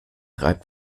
reibt